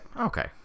Okay